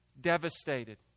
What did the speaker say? devastated